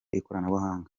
ikoranabuhanga